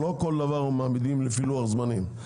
לא כל דבר אנחנו מעמידים לפי לוח זמנים.